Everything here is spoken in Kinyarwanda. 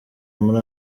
muri